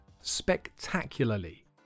spectacularly